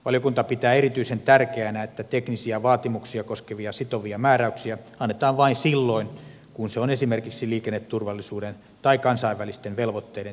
valiokunta pitää erityisen tärkeänä että teknisiä vaatimuksia koskevia sitovia määräyksiä annetaan vain silloin kun se on esimerkiksi liikenneturvallisuuden tai kansainvälisten velvoitteiden täyttämiseksi välttämätöntä